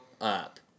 up